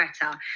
better